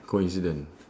coincidence